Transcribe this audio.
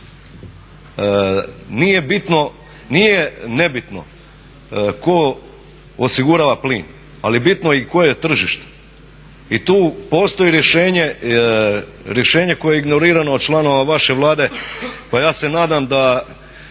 Nije ne bitno tko osigurava plin, ali bitno je i koje je tržište. I tu postoji rješenje koje je ignorirano od članova vaše Vlade pa ja se nadam da